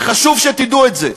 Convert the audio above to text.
וחשוב שתדעו את זה,